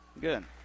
Good